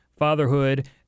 fatherhood